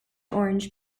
orange